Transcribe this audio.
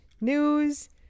news